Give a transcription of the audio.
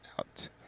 out